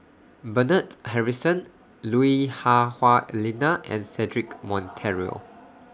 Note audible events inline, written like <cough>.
Bernard Harrison Lui Hah Wah Elena and Cedric <noise> Monteiro